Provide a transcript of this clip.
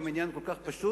אם העניין כל כך פשוט.